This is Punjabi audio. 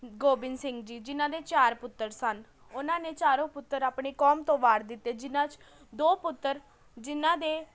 ਗੋਬਿੰਦ ਸਿੰਘ ਜੀ ਜਿਨ੍ਹਾਂ ਦੇ ਚਾਰ ਪੁੱਤਰ ਸਨ ਉਹਨਾਂ ਨੇ ਚਾਰੋ ਪੁੱਤਰ ਆਪਣੀ ਕੌਮ ਤੋਂ ਵਾਰ ਦਿੱਤੇ ਜਿਹਨਾਂ 'ਚ ਦੋ ਪੁੱਤਰ ਜਿਹਨਾਂ ਦੇ